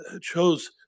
chose